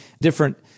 different